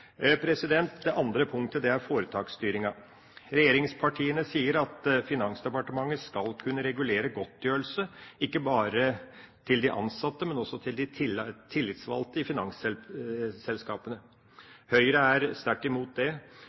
Det andre punktet er foretaksstyring. Regjeringspartiene sier at Finansdepartementet skal kunne regulere godtgjørelse – ikke bare til de ansatte, men også til de tillitsvalgte i finansselskapene. Høyre er sterkt imot det,